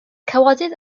cawodydd